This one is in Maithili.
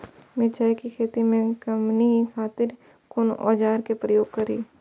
मिरचाई के खेती में कमनी खातिर कुन औजार के प्रयोग करी?